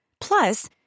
Plus